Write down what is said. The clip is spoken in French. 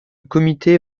comité